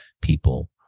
people